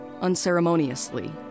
unceremoniously